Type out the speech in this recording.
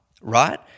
right